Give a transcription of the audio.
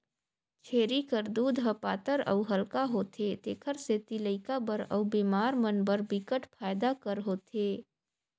छेरी कर दूद ह पातर अउ हल्का होथे तेखर सेती लइका बर अउ बेमार मन बर बिकट फायदा कर होथे